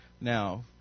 Now